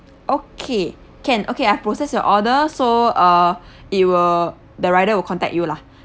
okay can okay I process your order so err it will the rider will contact you lah